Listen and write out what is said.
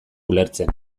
ulertzen